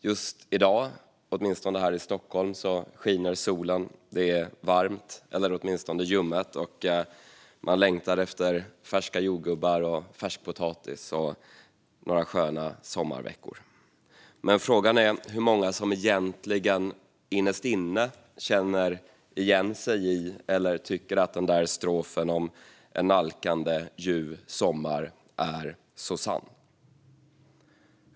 Just i dag, åtminstone här i Stockholm, skiner solen och det är varmt, eller åtminstone ljummet, och man längtar efter färska jordgubbar, färskpotatis och några sköna sommarveckor. Men frågan är hur många som egentligen innerst inne känner igen sig i eller tycker att den där strofen om en nalkande ljuv sommar är så sann.